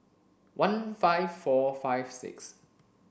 one five four five six